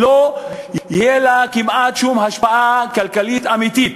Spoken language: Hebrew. לא תהיה לה כמעט שום השפעה כלכלית אמיתית.